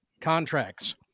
contracts